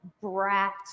brat